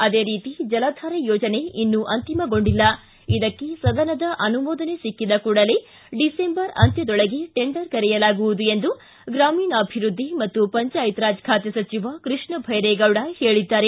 ಅದೇ ರೀತಿ ಜಲಧಾರೆ ಯೋಜನೆ ಇನ್ನು ಅಂತಿಮಗೊಂಡಿಲ್ಲ ಇದಕ್ಕೆ ಸದನದ ಅನುಮೋದನೆ ಸಿಕ್ಕಿದ ಕೂಡಲೇ ಡಿಸೆಂಬರ್ ಅಂತ್ಯದೊಳಗೆ ಟೆಂಡರ್ ಕರೆಯಲಾಗುವುದು ಎಂದು ಗ್ರಾಮೀಣಾಭಿವೃದ್ಧಿ ಮತ್ತು ಪಂಚಾಯತ್ ರಾಜ್ ಖಾತೆ ಸಚಿವ ಕೃಷ್ಣಬೈರೇಗೌಡ ಹೇಳಿದ್ದಾರೆ